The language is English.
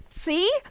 see